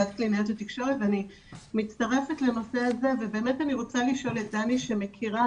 אני מצטרפת לנושא הזה ואני רוצה לשאול את דני שמכירה,